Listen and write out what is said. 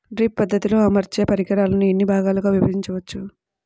Drip పద్ధతిలో అమర్చే పరికరాలను ఎన్ని భాగాలుగా విభజించవచ్చు?